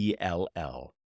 ELL